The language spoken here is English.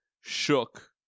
shook